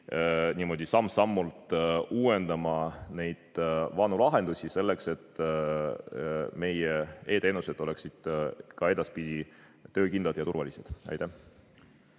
niimoodi samm-sammult uuendama neid vanu lahendusi, et meie e‑teenused oleksid ka edaspidi töökindlad ja turvalised. Uno